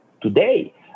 today